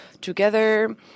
together